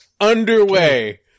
underway